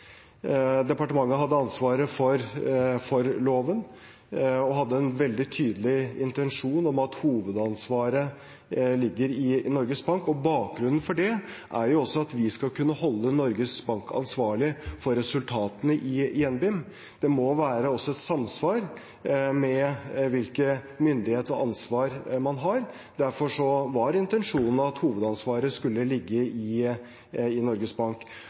Departementet hadde ansvaret for loven og hadde en veldig tydelig intensjon om at hovedansvaret ligger i Norges Bank. Bakgrunnen for det er også at vi skal kunne holde Norges Bank ansvarlig for resultatene i NBIM. Det må være et samsvar mellom hvilken myndighet og hvilket ansvar man har. Derfor var intensjonen at hovedansvaret skulle ligge i Norges Bank.